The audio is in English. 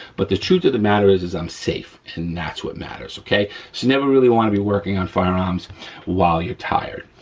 but the truth of the matter is is that i'm safe and that's what matters, okay? so never really wanna be working on firearms while you're tired.